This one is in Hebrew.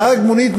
נהג מונית,